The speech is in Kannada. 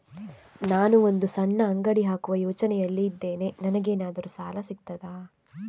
ನಾನು ಒಂದು ಸಣ್ಣ ಅಂಗಡಿ ಹಾಕುವ ಯೋಚನೆಯಲ್ಲಿ ಇದ್ದೇನೆ, ನನಗೇನಾದರೂ ಸಾಲ ಸಿಗ್ತದಾ?